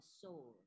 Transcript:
soul